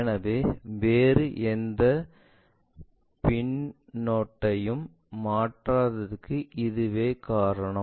எனவே வேறு எந்த பின்னொட்டையும் மாற்றாததற்கு இதுவே காரணம்